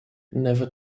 never